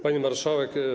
Pani Marszałek!